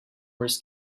wars